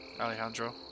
Alejandro